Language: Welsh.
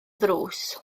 ddrws